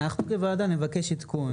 אנחנו, כוועדה, נבקש עדכון.